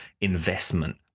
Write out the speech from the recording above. investment